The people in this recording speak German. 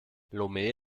lomé